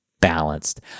balanced